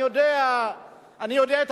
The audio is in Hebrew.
אני יודע,